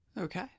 Okay